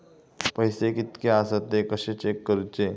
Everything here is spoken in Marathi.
पैसे कीतके आसत ते कशे चेक करूचे?